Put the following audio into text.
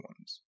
ones